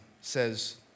says